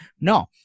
No